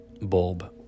bulb